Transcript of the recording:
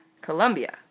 colombia